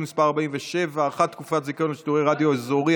מס' 47) (הארכת תקופות הזיכיון לשידורי רדיו אזורי),